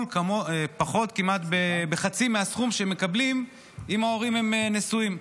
פחות כמעט בחצי מהסכום שמקבלים אם ההורים הם נשואים.